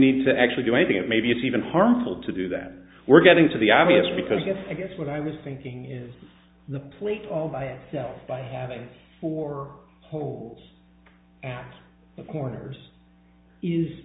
need to actually do anything and maybe it's even harmful to do that we're getting to the obvious because again i guess what i was thinking is the pleat all by itself by having four holes corners is